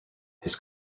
his